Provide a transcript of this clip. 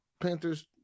Panthers